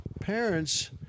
parents